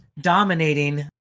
dominating